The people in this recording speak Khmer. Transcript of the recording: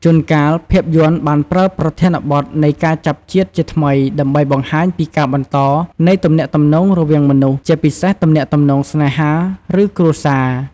ជួនកាល ភាពយន្តបានប្រើប្រធានបទនៃការចាប់ជាតិជាថ្មីដើម្បីបង្ហាញពីការបន្តនៃទំនាក់ទំនងរវាងមនុស្ស ជាពិសេសទំនាក់ទំនងស្នេហា ឬគ្រួសារ។